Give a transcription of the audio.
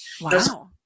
Wow